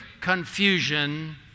confusion